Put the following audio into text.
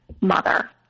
mother